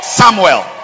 samuel